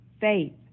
faith